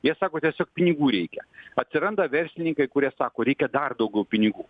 jie sako tiesiog pinigų reikia atsiranda verslininkai kurie sako reikia dar daugiau pinigų